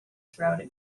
throughout